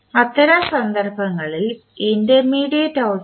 അത്തരം സന്ദർഭങ്ങളിൽ intermediate output